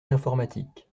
l’informatique